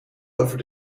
over